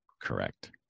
Correct